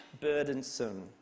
burdensome